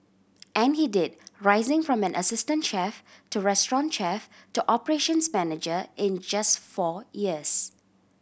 and he did rising from an assistant chef to restaurant chef to operations manager in just four years